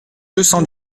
dix